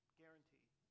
guaranteed